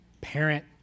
parent